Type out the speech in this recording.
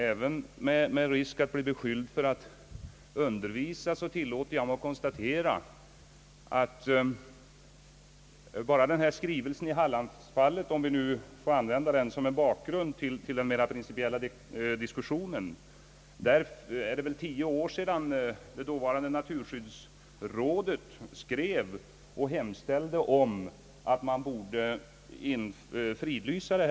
Även med risk för att bli beskylld för att undervisa tillåter jag mig konstatera, att det beträffande Hallandsfallet — om vi nu får använda det som bakgrund till den mera principiella diskussionen — väl är tio år sedan det dåvarande naturskyddsrådet skrev och hemställde att området skulle fridlysas.